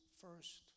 first